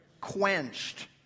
Quenched